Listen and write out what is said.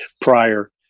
prior